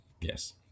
Yes